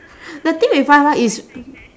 the thing with Y_Y is